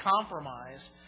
compromise